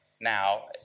now